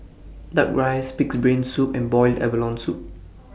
Duck Rice Pig'S Brain Soup and boiled abalone Soup